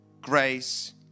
grace